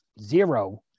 zero